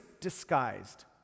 Disguised